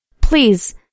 Please